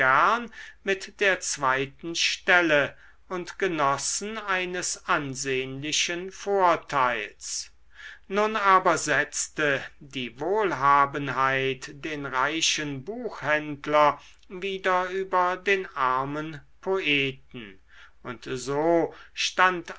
mit der zweiten stelle und genossen eines ansehnlichen vorteils nun aber setzte die wohlhabenheit den reichen buchhändler wieder über den armen poeten und so stand